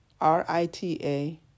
R-I-T-A